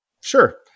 Sure